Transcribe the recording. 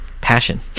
passion